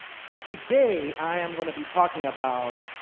so today i'm going to be talking about